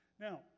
Now